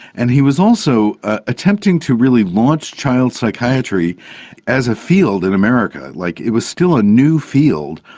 and he was also attempting to really launch child psychiatry as a field in america. like it was still a new field,